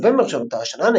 בנובמבר של אותה השנה,